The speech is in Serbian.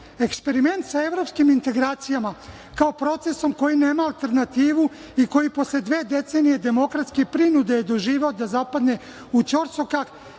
procesa. Eksperiment sa evropskim integracijama kao procesom koji nema alternativu i koji posle dve decenije demokratske prinude je doživeo da zapadne u ćorsokak